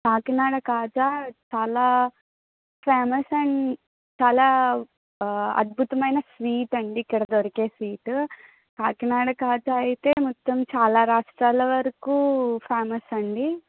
కాకినాడ కాజా చాలా famous and చాలా అద్భుతమైన స్వీట్ అండి ఇక్కడ దొరికే స్వీటు కాకినాడ కాజా అయితే మొత్తం చాలా రాష్ట్రాల వరకు ఫేమస్ అండి